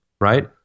Right